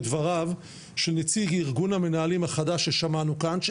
דבריו של נציג ארגון המנהלים החדש ששמענו כאן,